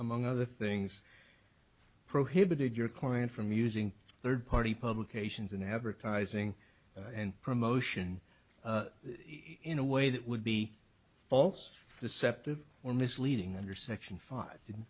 among other things prohibited your client from using third party publications in advertising and promotion in a way that would be false deceptive or misleading under section five